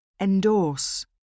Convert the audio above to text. Endorse